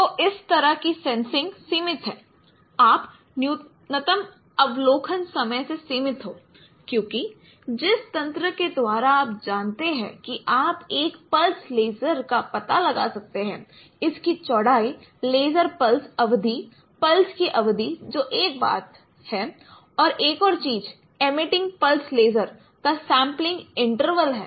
तो इस तरह की सेंसिंग सीमित है आप न्यूनतम अवलोकन समय से सीमित हो क्योंकि जिस तंत्र के द्वारा आप जानते हैं कि आप एक पल्स लेज़र का पता लगा सकते हैं इसकी चौड़ाई लेज़र पल्स अवधि पल्स की अवधि जो एक बात है और एक और चीज एमीटिंग पल्स लेज़र का सेमप्लिंग इंटरवल है